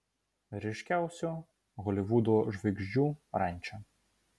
ryškiausių holivudo žvaigždžių ranča